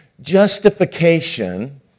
Justification